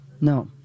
No